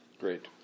Great